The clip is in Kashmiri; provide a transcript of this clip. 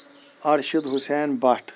ارشد حُسین بٹ